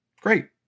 Great